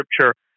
Scripture